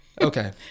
Okay